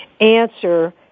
answer